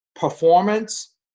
performance